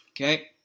Okay